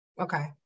okay